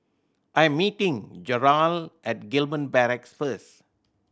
I'm meeting Jerrel at Gillman Barracks first